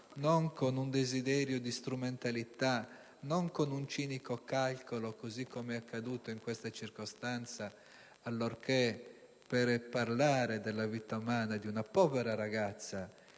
non con un desiderio di strumentalità, non con un cinico calcolo, così com'è accaduto in questa circostanza allorché, per parlare della vita umana di una povera ragazza